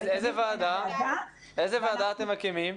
איזה ועדה אתם מקימים?